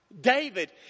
David